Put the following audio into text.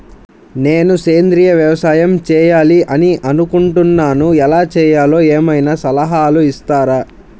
నేను సేంద్రియ వ్యవసాయం చేయాలి అని అనుకుంటున్నాను, ఎలా చేయాలో ఏమయినా సలహాలు ఇస్తారా?